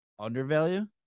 undervalue